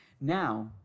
Now